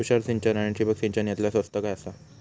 तुषार सिंचन आनी ठिबक सिंचन यातला स्वस्त काय आसा?